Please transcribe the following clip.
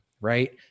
right